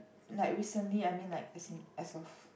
like recently I mean like as in as of